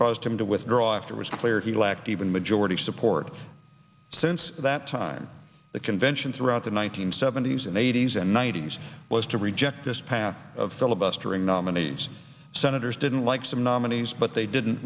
caused him to withdraw after was clear he lacked even majority support since that time the convention throughout the one nine hundred seventy s and eighty's and ninety's was to reject this path of filibustering nominees senators didn't like some nominees but they didn't